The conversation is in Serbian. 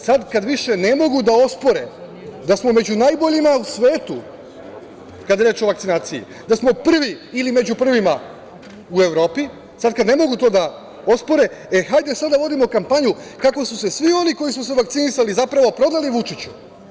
Sada, kada više ne mogu da ospore da smo među najboljima u svetu kada je reč o vakcinaciji, da smo prvi ili među prvima u Evropi, sad kad ne mogu to da ospore, e, hajde sad da vodimo kampanju kako su se svi oni koji su se vakcinisali, zapravo, prodali Vučiću.